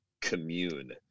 commune